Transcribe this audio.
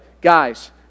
guys